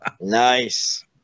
Nice